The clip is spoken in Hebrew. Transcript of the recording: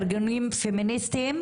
ארגונים פמיניסטיים,